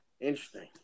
Interesting